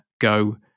go